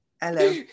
hello